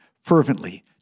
fervently